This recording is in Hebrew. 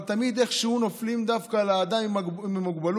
אבל תמיד איכשהו נופלים דווקא על האדם עם המוגבלות.